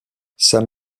sam